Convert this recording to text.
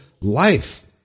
life